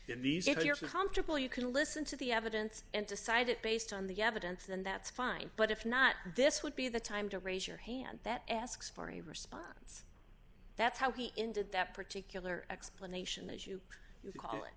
comfortable you can listen to the evidence and decide it based on the evidence then that's fine but if not this would be the time to raise your hand that asks for a response that's how he ended that particular explanation as you call it